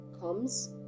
comes